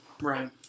Right